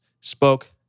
spoke